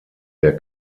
der